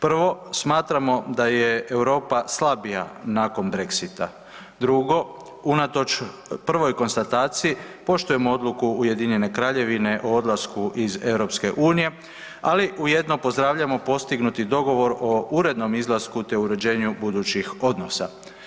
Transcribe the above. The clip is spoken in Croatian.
Prvo, smatramo da je Europa slabija nakon Brexita, drugo, unatoč prvoj konstataciji poštujemo odluku UK o odlasku iz EU, ali ujedno pozdravljamo postignuti dogovor o urednom izlasku te uređenju budućih odnosa.